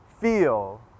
feel